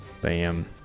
bam